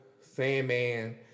Sandman